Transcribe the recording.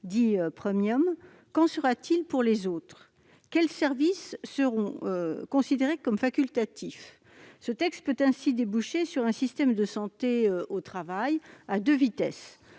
dits , qu'en sera-t-il pour les autres ? Quels services seront considérés comme facultatifs ? Ce texte peut ainsi déboucher sur un système de santé au travail à deux vitesses.